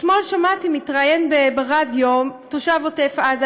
אתמול שמעתי מתראיין ברדיו תושב עוטף עזה,